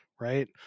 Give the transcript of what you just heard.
right